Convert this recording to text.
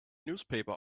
newspaper